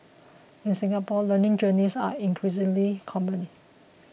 in Singapore learning journeys are increasingly common